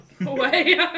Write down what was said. away